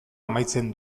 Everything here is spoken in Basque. amaitzen